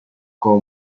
como